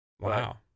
wow